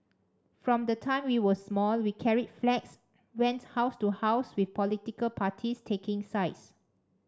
from the time we were small we carried flags went house to house with political parties taking sides